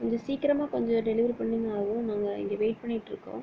கொஞ்சம் சீக்கிரமா கொஞ்சம் டெலிவரி பண்ணிங்கன்னால் ஆகும் நாங்கள் இங்கே வெயிட் பண்ணிகிட்டுருக்கோம்